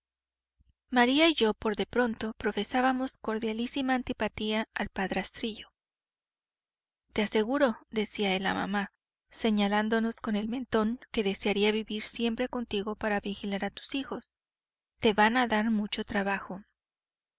maría y yo por de pronto profesábamos cordialísima antipatía al padrastrillo te aseguro decía él a mamá señalándonos con el mentón que desearía vivir siempre contigo para vigilar a tus hijos te van a dar mucho trabajo